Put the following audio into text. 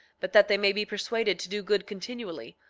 but that they may be persuaded to do good continually,